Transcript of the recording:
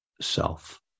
self